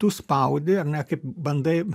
tu spaudi ar ne kaip bandai